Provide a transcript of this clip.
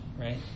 right